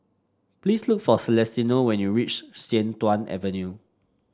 please look for Celestino when you reach Sian Tuan Avenue